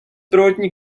prvotní